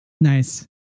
Nice